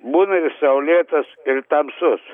būna ir saulėtas ir tamsus